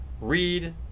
Read